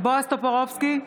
בועז טופורובסקי,